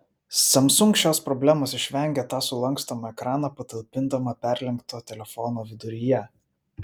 samsung šios problemos išvengė tą sulankstomą ekraną patalpindama perlenkto telefono viduryje